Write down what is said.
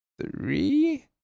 three